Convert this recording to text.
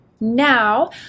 Now